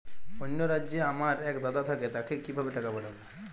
অন্য রাজ্যে আমার এক দাদা থাকে তাকে কিভাবে টাকা পাঠাবো?